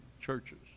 churches